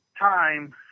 time